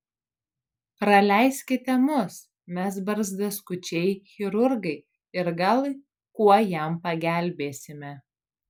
praleiskite mus mes barzdaskučiai chirurgai ir gal kuo jam pagelbėsime